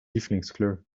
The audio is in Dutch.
lievelingskleur